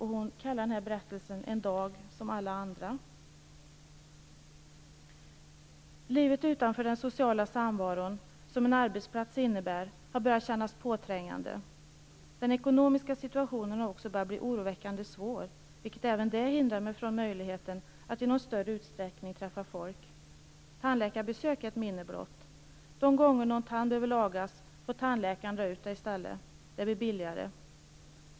Hon kallar sin berättelse En dag som alla andra: Livet utanför den sociala samvaro som en arbetsplats innebär har börjat kännas påträngande. Den ekonmiska situationen har också börjat bli oroväckande svår, vilket även det hindrar mig från möjligheten att i någon större utsträckning träffa folk. Tandläkarbesök är ett minne blott. De gånger någon tand behöver lagas får tandläkaren dra ut den i stället. Det blir billigare.